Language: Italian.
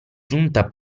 giunta